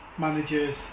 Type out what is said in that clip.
managers